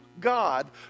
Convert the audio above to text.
God